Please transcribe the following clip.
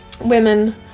women